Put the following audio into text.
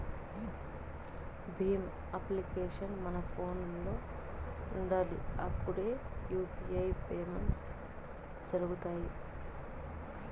Bhim application మన ఫోనులో ఉండాలి అప్పుడే యూ.పీ.ఐ పేమెంట్స్ జరుగుతాయి